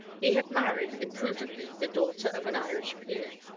he had married, imprudently, the daughter of an irish peer,